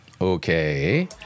okay